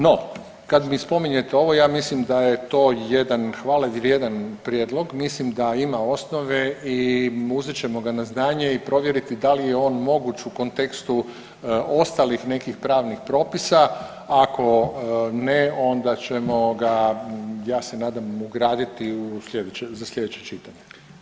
No, kad mi spominjete ovo, ja mislim da je to jedan hvalevrijedan prijedlog, mislim ima osnove i uzet ćemo ga na znanje i provjeriti da li je on moguć u kontekstu ostalih nekih pravnih propisa, ako ne, onda ćemo ga, ja se nadam, ugraditi za sljedeće čitanje.